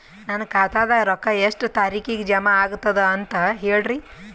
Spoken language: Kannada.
ನನ್ನ ಖಾತಾದಾಗ ರೊಕ್ಕ ಎಷ್ಟ ತಾರೀಖಿಗೆ ಜಮಾ ಆಗತದ ದ ಅಂತ ಹೇಳರಿ?